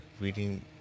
Reading